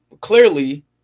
Clearly